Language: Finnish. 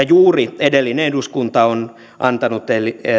juuri edellinen eduskunta on antanut